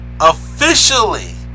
officially